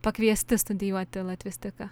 pakviesti studijuoti latvistiką